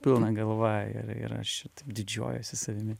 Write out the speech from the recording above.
pilna galva ir ir aš didžiuojuosi savimi